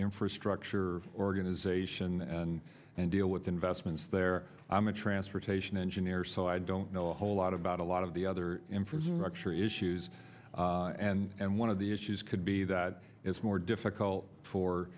infrastructure organization and deal with investments there i'm a transportation engineer so i don't know a whole lot about a lot of the other infrastructure issues and one of the issues could be that it's more difficult for